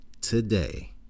today